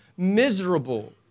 miserable